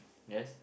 yes